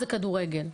זה כדורגל'.